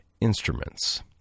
instruments